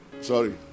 Sorry